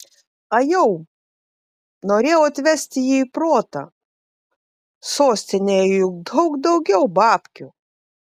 ajau norėjau atvesti jį į protą sostinėje juk daug daugiau babkių